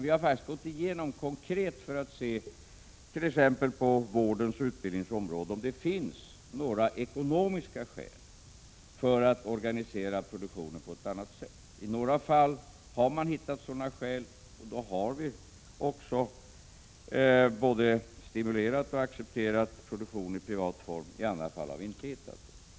Vi har faktiskt gått igenom vårdens och utbildningens område för att se om det finns ekonomiska skäl till att organisera produktionen på något annat sätt. I några fall har vi hittat sådana skäl. Då har vi också både stimulerat och accepterat produktion i privat form. I andra fall har vi inte hittat några skäl.